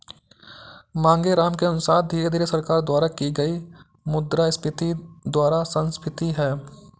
मांगेराम के अनुसार धीरे धीरे सरकार द्वारा की गई मुद्रास्फीति मुद्रा संस्फीति है